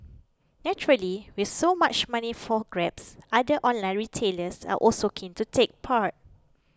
naturally with so much money for grabs other online retailers are also keen to take part